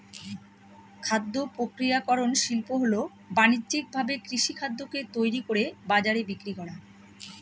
খাদ্য প্রক্রিয়াকরন শিল্প হল বানিজ্যিকভাবে কৃষিখাদ্যকে তৈরি করে বাজারে বিক্রি করা